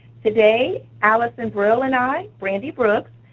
today, alison brill and i, brandy brooks,